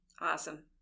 Awesome